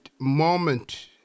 moment